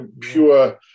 pure